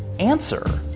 answer.